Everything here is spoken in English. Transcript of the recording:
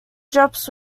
drops